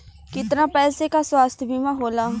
कितना पैसे का स्वास्थ्य बीमा होला?